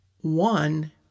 one